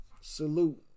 Salute